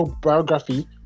biography